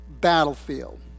battlefield